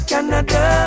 Canada